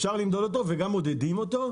אפשר למדוד אותו וגם מודדים אותו.